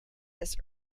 this